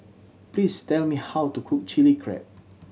please tell me how to cook Chili Crab